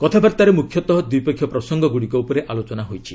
କଥାବାର୍ତ୍ତାରେ ମୁଖ୍ୟତଃ ଦ୍ୱିପକ୍ଷୀୟ ପ୍ରସଙ୍ଗଗୁଡ଼ିକ ଉପରେ ଆଲୋଚନା ହୋଇଛି